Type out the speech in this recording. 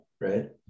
right